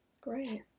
Great